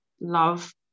love